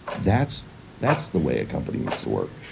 that's that's the way a company needs to work.